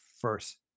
first